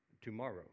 tomorrow